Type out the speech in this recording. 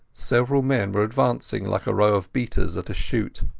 several men were advancing, like a row of beaters at a shoot.